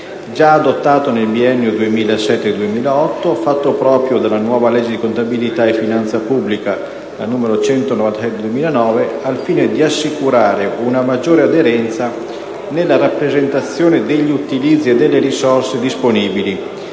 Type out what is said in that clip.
già adottato nel biennio 2007-2008, fatto proprio dalla nuova legge di contabilità e finanza pubblica n. 196 del 2009, al fine di assicurare una maggiore aderenza nella rappresentazione degli utilizzi delle risorse disponibili